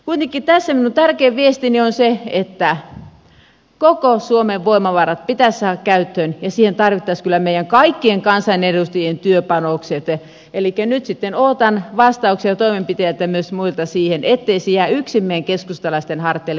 kuitenkin tässä minun tärkein viestini on se että koko suomen voimavarat pitäisi saada käyttöön ja siihen tarvittaisiin kyllä meidän kaikkien kansanedustajien työpanokset elikkä nyt sitten odotan vastauksia toimenpiteitä myös muilta siihen ettei se jää yksin meidän keskustalaisten harteille